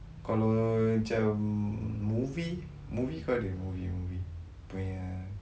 kalau cam movie movie kau ada movie movie punya